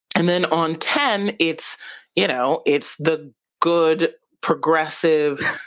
and then on ten, it's you know it's the good progressive,